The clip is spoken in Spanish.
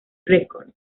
records